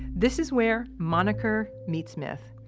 this is where moniker meets myth.